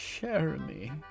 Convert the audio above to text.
Jeremy